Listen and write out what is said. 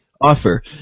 offer